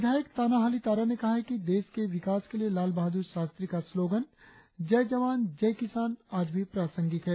विधायक ताना हाली तारा ने कहा है कि देश के विकास के लिए लाल बहादुर शास्त्री का स्लोगन जय जवान जय किसान आज भी प्रासंगिक है